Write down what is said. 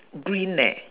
green eh